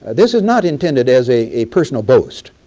this is not intended as a personal boast.